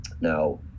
Now